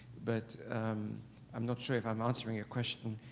but i'm not sure if i'm answering your question.